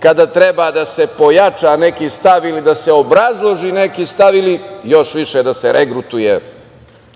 kada treba da se pojača neki stav ili da se obrazloži neki stav ili još više da se regrutuje